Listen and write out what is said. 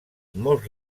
molts